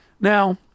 Now